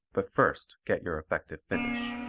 but first get your effective finish.